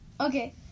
Okay